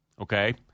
Okay